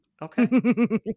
Okay